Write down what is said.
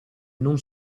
non